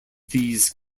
these